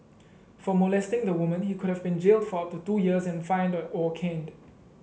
for molesting the woman he could have been jailed for up to two years and fined or caned